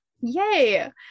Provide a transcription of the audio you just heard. Yay